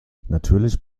natürlich